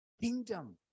kingdom